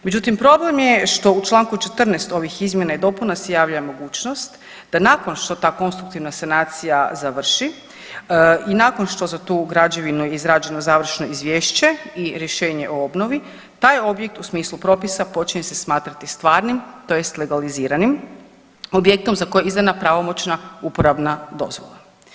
Međutim, problem je što u čl. 14 ovih izmjena i dopuna se javlja mogućnost da nakon što ta konstruktivna sanacija završi i nakon što za tu građevinu je izrađeno završno izvješće i rješenje o obnovi, taj objekt u smislu propisa počinje se smatrati stvarnim, tj. legaliziranim objektom za koje je izdana pravomoćna uporabna dozvola.